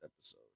episode